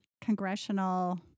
congressional